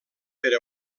per